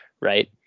Right